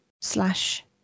slash